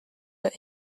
but